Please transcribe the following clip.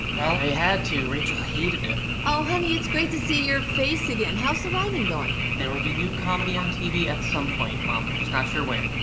i had to, rachel hated it. oh honey, it's great to see your face again. how's the writing going? there will be new comedy on tv at some point, mom. just not sure when.